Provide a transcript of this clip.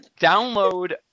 download